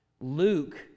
Luke